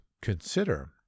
consider